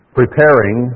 preparing